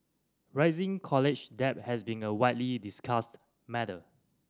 rising college debt has been a widely discussed matter